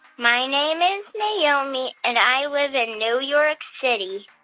my name is naomi, and i live in new york city.